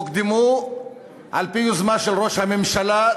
הוקדמו על-פי יוזמה של ראש הממשלה,